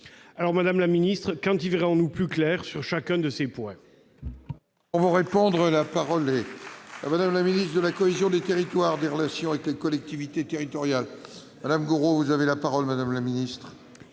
Madame la ministre, quand y verrons-nous plus clair sur chacun de ces points ?